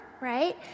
right